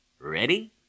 Ready